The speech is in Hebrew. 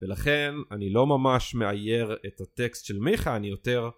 ולכן אני לא ממש מאייר את הטקסט של מיכה, אני יותר...